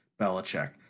Belichick